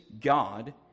God